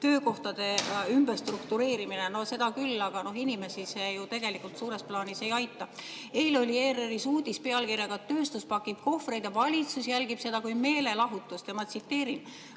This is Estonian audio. "töökohtade ümberstruktureerimine" – no seda küll, aga inimesi see ju tegelikult suures plaanis ei aita. Eile oli ERR‑is uudis pealkirjaga "Tööstus pakib kohvreid ja valitsus jälgib seda kui meelelahutust". Ma tsiteerin: